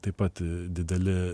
taip pat dideli